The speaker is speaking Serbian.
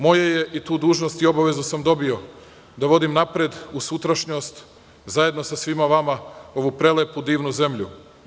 Moje je, i tu dužnost i obavezu sam dobio, da vodim napred u sutrašnjost zajedno sa svima vama ovu prelepu divnu zemlju.